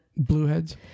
blueheads